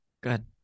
Good